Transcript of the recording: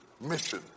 Mission